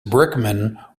brickman